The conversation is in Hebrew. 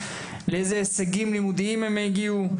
לאיזה הישגים לימודיים הם הגיעו,